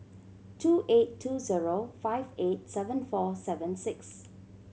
two eight two zero five eight seven four seven six